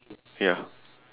ya